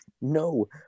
No